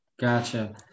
Gotcha